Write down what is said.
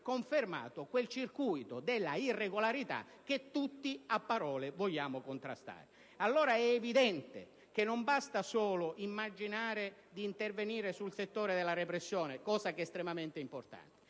confermato quel circuito dell'irregolarità che tutti, a parole, vogliamo contrastare. Allora, è evidente che non basta solo immaginare di intervenire sul settore della repressione (cosa estremamente importante),